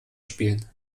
spielen